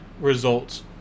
results